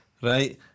right